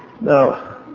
Now